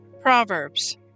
Proverbs